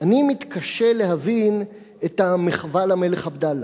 אני מתקשה להבין את המחווה למלך עבדאללה,